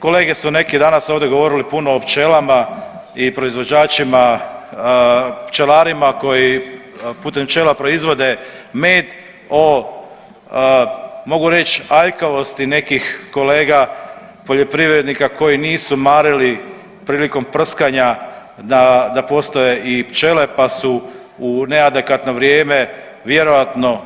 Kolege su neki danas ovdje govorili puno o pčelama i proizvođačima pčelarima koji putem pčela proizvode med, o mogu reć aljkavosti nekih kolega poljoprivrednika koji nisu marili prilikom prskanja da, da postoje i pčele, pa su u neadekvatno vrijeme vjerojatno